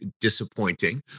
disappointing